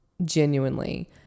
Genuinely